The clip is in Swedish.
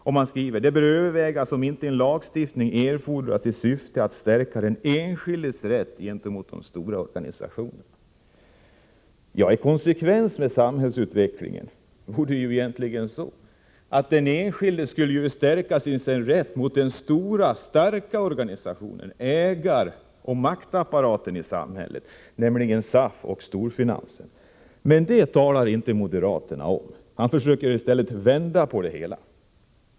Det heter i motionen: ”Det bör övervägas om inte lagstiftning erfordras i syfte att stärka den enskildes rätt gentemot de stora organisationerna.” I konsekvens med samhällsutvecklingen borde den enskilde i stället stärka sin rätt mot den stora starka organisationen, ägaroch maktapparaten i samhället, nämligen SAF och storfinansen. Men det talar inte moderaterna om! De försöker i stället vända på det hela.